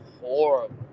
horrible